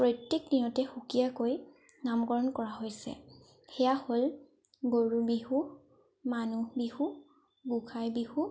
প্ৰত্যেক দিনকে সুকীয়াকৈ নামকৰণ কৰা হৈছে সেয়া হ'ল গৰু বিহু মানুহ বিহু গোঁসাই বিহু